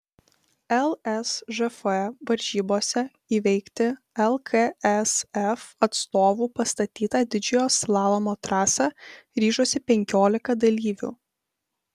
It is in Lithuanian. lsžf varžybose įveikti lksf atstovų pastatytą didžiojo slalomo trasą ryžosi penkiolika dalyvių